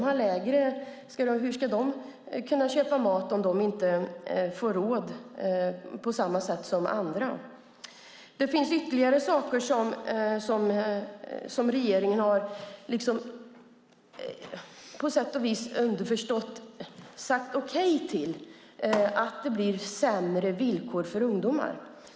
Hur ska de kunna köpa mat om de inte har råd på samma sätt som andra? Det finns ytterligare saker där regeringen på sätt och vis, underförstått, sagt okej till att det blir sämre villkor för ungdomar.